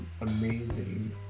amazing